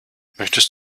möchtest